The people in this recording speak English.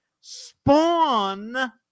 spawn